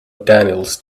daniels